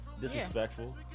Disrespectful